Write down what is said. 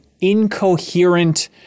incoherent